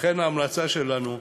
לכן ההמלצה שלנו,